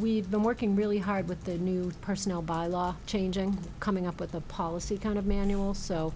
we've been working really hard with the new personnel by law changing coming up with the policy kind of manual so